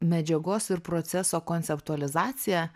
medžiagos ir proceso konceptualizacija